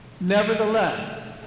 Nevertheless